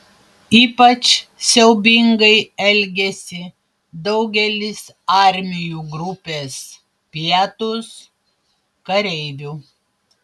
ypač siaubingai elgėsi daugelis armijų grupės pietūs kareivių